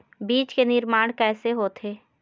बीज के निर्माण कैसे होथे?